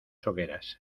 hogueras